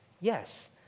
yes